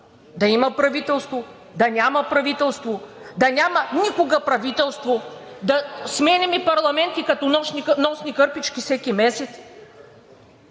да има правителство, да няма правителство, да няма никога правителство, да сменяме парламенти като нощни кърпички всеки месец?